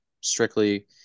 strictly